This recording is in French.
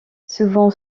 souvent